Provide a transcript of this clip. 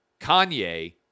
Kanye